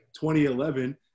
2011